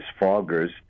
foggers